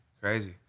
Crazy